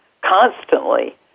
constantly